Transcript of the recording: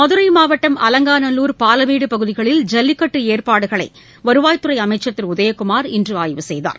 மதுரை மாவட்டம் அலங்காநல்லூர் பாலமேடு பகுதிகளில் ஜல்லிக்கட்டு ஏற்பாடுகளை வருவாய்த்துறை அமைச்சா் திரு உதயகுமார் இன்று ஆய்வு செய்தார்